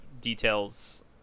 details